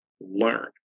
Learn